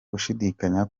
ushidikanya